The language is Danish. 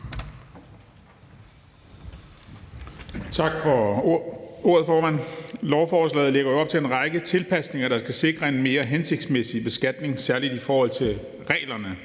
Tak for ordet, formand. Lovforslaget lægger jo op til en række tilpasninger, der skal sikre en mere hensigtsmæssig beskatning, særlig i forhold til reglerne